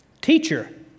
Teacher